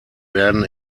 werden